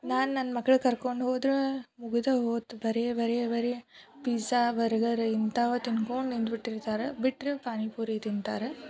ನಾನು ನನ್ನ ಮಕ್ಳ ಕರ್ಕೊಂಡು ಹೋದ್ರೆ ಮುಗಿದೇ ಹೋಯ್ತು ಬರೇ ಬರೇ ಬರೇ ಪಿಝಾ ಬರ್ಗರ್ ಇಂಥಾವೇ ತಿನ್ಕೊಂಡು ನಿಂತ್ಬಿಟ್ಟಿರ್ತಾರೆ ಬಿಟ್ಟರೆ ಪಾನಿಪುರಿ ತಿಂತಾರೆ